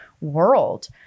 world